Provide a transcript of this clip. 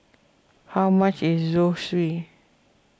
how much is Zosui